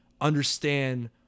understand